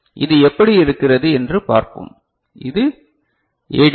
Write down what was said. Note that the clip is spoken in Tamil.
இது எப்படி இருக்கிறது என்று பார்ப்போம் இது ஏடிசி